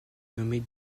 nommée